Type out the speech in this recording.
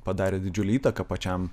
padarė didžiulę įtaką pačiam